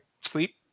sleep